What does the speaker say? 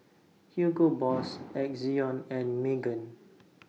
Hugo Boss Ezion and Megan